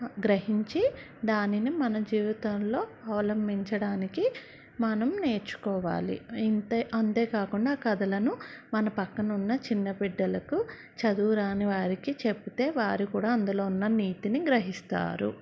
గ్రహించి దానిని మన జీవితంలో అవలంబించడానికి మనం నేర్చుకోవాలి ఇంతే అంతేకాకుండా ఆ కథలను మన పక్కనున్న చిన్నబిడ్డలకు చదువురాని వారికి చెప్తే వారు కూడా అందులో ఉన్న నీతిని గ్రహిస్తారు